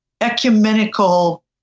ecumenical